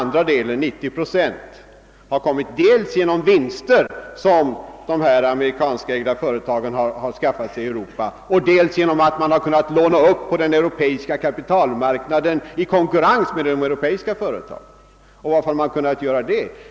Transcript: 90 procent kan hänföras till dels vinster som de amerikanskägda företagen gjort i Europa, dels till att man kunnat låna på den europeiska kapitalmarknaden i konkurrens med europeiska företag. Varför har man kunnat göra det?